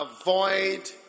avoid